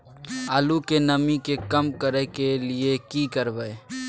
आलू के नमी के कम करय के लिये की करबै?